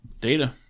data